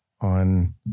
on